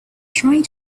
trying